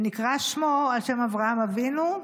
ונקרא שמו על שם אברהם אבינו,